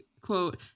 quote